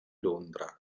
londra